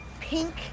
pink